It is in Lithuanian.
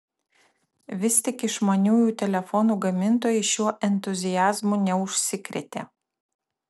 vis tik išmaniųjų telefonų gamintojai šiuo entuziazmu neužsikrėtė